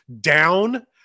down